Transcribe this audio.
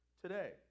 today